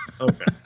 Okay